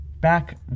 back